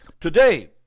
Today